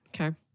Okay